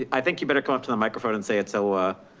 i think you better come up to the microphone and say it. so ah